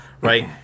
right